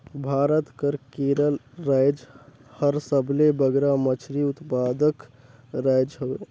भारत कर केरल राएज हर सबले बगरा मछरी उत्पादक राएज हवे